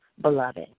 beloved